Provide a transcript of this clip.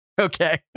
Okay